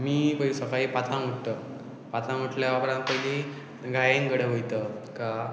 मी पय सकाळीं पांचांक उठतत पांचांक उटल्या उपरांत पयलीं गायेन कडे वयतत